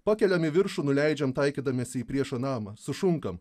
pakeliame į viršų nuleidžiam taikydamiesi į priešo namą sušunkam